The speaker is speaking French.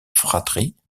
fratrie